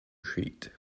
crete